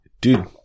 dude